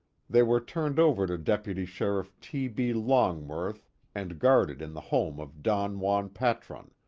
they were turned over to deputy sheriff t. b. longworth and guarded in the home of don juan patron,